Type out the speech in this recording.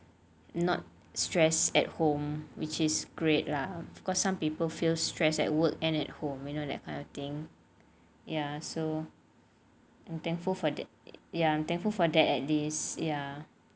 not stressed at home which is great lah because some people feel stressed at work and at home you know that another thing ya so I'm thankful for that ya I'm thankful for that at least ya